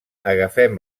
agafem